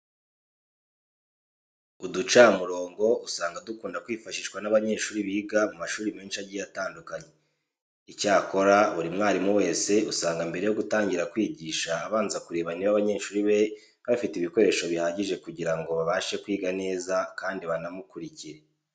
Uducamurongo usanga dukunda kwifashishwa n'abanyeshuri biga mu mashuri menshi agiye atandukanye. Icyakora buri mwarimu wese usanga mbere yo gutangira kwigisha abanza kureba niba abanyeshuri be bafite ibikoresho bihagije kugira ngo babashe kwiga neza kandi banamukurikire.